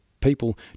people